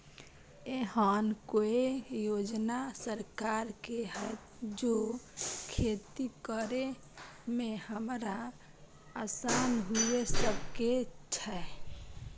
एहन कौय योजना सरकार के है जै खेती करे में हमरा आसान हुए सके छै?